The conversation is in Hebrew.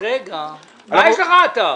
אז רגע, מה יש לך אתה?